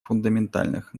фундаментальных